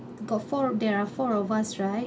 got four there are four of us right